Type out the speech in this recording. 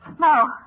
No